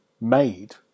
made